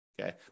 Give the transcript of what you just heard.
okay